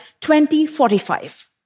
2045